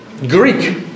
Greek